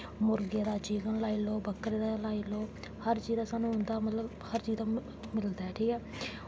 मुर्गे दा चिकन लाई लैओ बक्करे दा लाई लैओ हर चीज दा उं'दा सानूं मतलब हर चीज दा मिलदा ऐ ठीक ऐ